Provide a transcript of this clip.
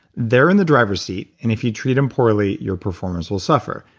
they're in the driver's seat and if you treat them poorly your performance will suffer.